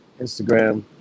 Instagram